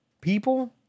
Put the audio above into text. people